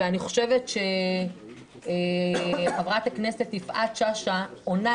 ואני חושבת שחברת הכנסת יפעת שאשא עונה